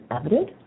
evident